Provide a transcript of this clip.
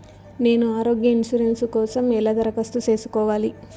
నేను ఆరోగ్య ఇన్సూరెన్సు కోసం ఎలా దరఖాస్తు సేసుకోవాలి